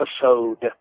episode